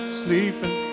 sleeping